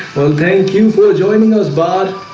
well, thank you for joining us bad